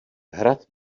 hrad